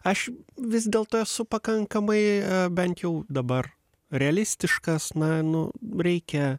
aš vis dėlto esu pakankamai bent jau dabar realistiškas na nu reikia